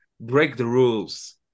break-the-rules